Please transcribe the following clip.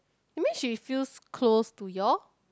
I mean she feels close to you all